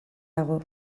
dago